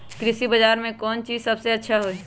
कृषि बजार में कौन चीज सबसे अच्छा होई?